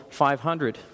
500